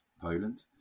poland